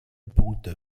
punkte